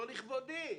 לא לכבודי.